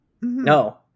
No